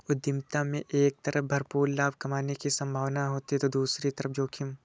उद्यमिता में एक तरफ भरपूर लाभ कमाने की सम्भावना होती है तो दूसरी तरफ जोखिम